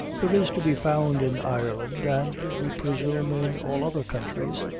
there is to be found in ireland, and, we presume, in all other countries,